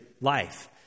life